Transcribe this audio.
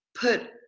put